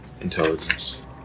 intelligence